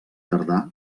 tardà